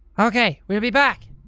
ok! we'll be back!